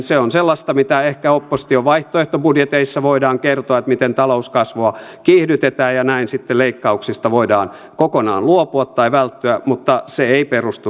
se on sellaista mitä ehkä opposition vaihtoehtobudjeteissa voidaan kertoa miten talouskasvua kiihdytetään ja näin sitten leikkauksista voidaan kokonaan luopua tai välttyä mutta se ei perustu realismiin